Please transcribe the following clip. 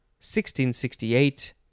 1668